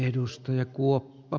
herra puhemies